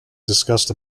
discussed